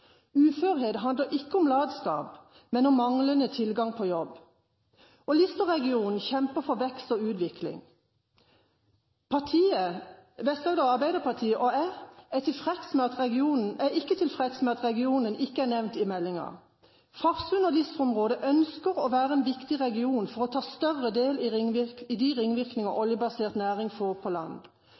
Uførhet handler ikke om latskap, men om manglende tilgang på jobb, og Lister-regionen kjemper for vekst og utvikling. Vest-Agder Arbeiderparti og jeg er ikke tilfreds med at regionen ikke er nevnt i meldingen. Farsund og Lister-området ønsker å være en viktig region for å ta større del i de ringvirkningene oljebasert næring får på land.